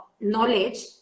Knowledge